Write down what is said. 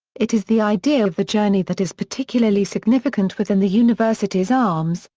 it is the idea of the journey that is particularly significant within the university's arms,